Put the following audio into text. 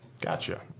Gotcha